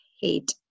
hate